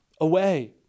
away